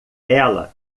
ela